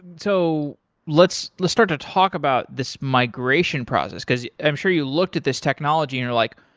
so let's let's start to talk about this migration process, because i'm sure you looked at this technology and you're like,